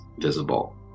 visible